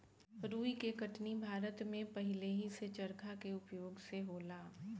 रुई के कटनी भारत में पहिलेही से चरखा के उपयोग से होला